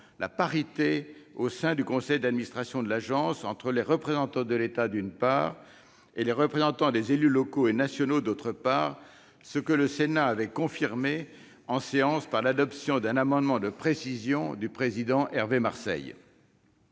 la parité au sein du conseil d'administration de l'agence entre les représentants de l'État, d'une part, et les représentants des élus locaux et nationaux, d'autre part, position que le Sénat avait confirmée en séance par l'adoption d'un amendement de précision du président Hervé Marseille.